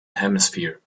hemisphere